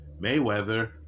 Mayweather